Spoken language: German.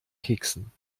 keksen